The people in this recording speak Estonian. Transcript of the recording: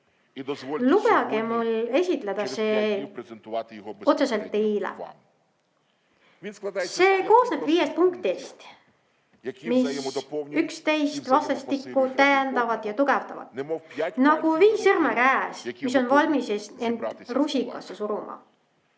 Lubage mul esitleda seda otseselt teile. See koosneb viiest punktist, mis üksteist vastastikku täiendavad ja tugevdavad, nagu viis sõrme käel, mis on valmis end rusikasse suruma.